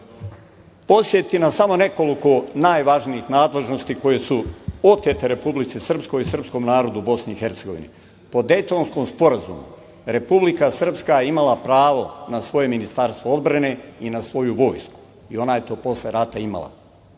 podsetiti na samo nekoliko najvažnijih nadležnosti koje su otete Republici Srpskoj i srpskom narodu u BiH. Po Dejtonskom sporazumu, Republika Srpska je imala pravo na svoje Ministarstvo odbrane i na svoju vojsku i ona je to posle rata imala